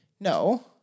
No